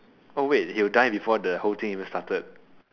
oh wait you will die before the whole thing even started